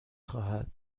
خواهد